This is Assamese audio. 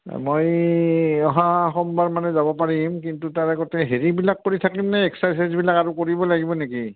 মই অহা সোমবাৰ মানে যাব পাৰিম কিন্তু তাৰ আগতে হেৰিবিলাক কৰি থাকিম নে এক্সাৰছাইজবিলাক আৰু কৰিব লাগিব নেকি